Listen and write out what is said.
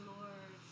Lord